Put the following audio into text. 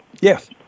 yes